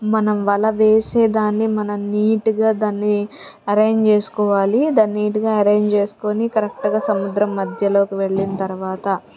మనం వల వేసే దాన్ని మనం నీట్గా దాన్ని అరెంజ్ చేసుకోవాలి దాన్ని నీట్గా అరేంజ్ చేసుకొని కరెక్ట్గా సముద్రం మధ్యలోకి వెళ్ళిన తరువాత